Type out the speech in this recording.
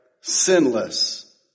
sinless